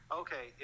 okay